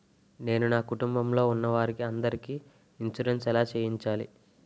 నేను నా కుటుంబం లొ ఉన్న వారి అందరికి ఇన్సురెన్స్ ఎలా చేయించాలి?